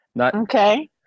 Okay